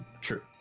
True